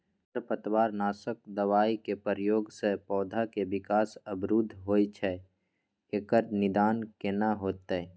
खरपतवार नासक दबाय के प्रयोग स पौधा के विकास अवरुध होय छैय एकर निदान केना होतय?